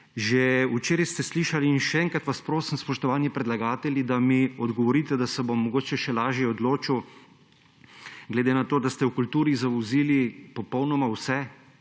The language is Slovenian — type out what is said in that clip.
Že včeraj ste slišali in še enkrat vas prosim, spoštovani predlagatelji, da mi odgovorite, da se bom mogoče lažje odločil, glede na to, da ste v kulturi zavozili popolnoma vse,